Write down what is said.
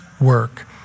work